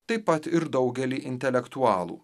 taip pat ir daugelį intelektualų